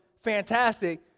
fantastic